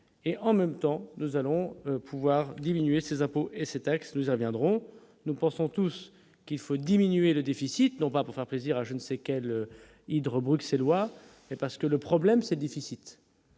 et en même temps, nous allons pouvoir diminuer ses impôts et ses textes nous a viendront nous pensons tous qu'il faut diminuer le déficit non pas pour faire plaisir à je ne sais quel hydre bruxelloise et parce que le problème, c'est le déficit,